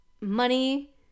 money